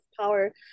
power